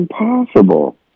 impossible